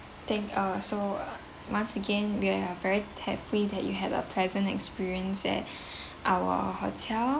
than~ uh so once again we are very happy that you had a pleasant experience at our hotel